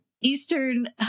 Eastern